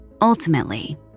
Ultimately